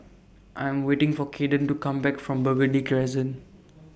I Am waiting For Cayden to Come Back from Burgundy Crescent